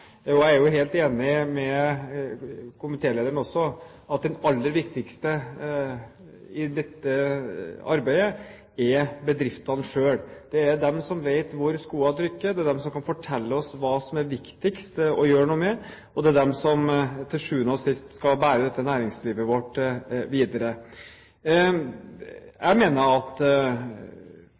og jeg er jo også helt enig med komitélederen i at det aller viktigste i dette arbeidet er bedriftene selv. De vet hvor skoen trykker. De kan fortelle oss hva det er viktigst å gjøre noe med, og de skal til sjuende og sist bære dette næringslivet vårt videre. Jeg mener at